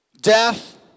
death